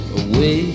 away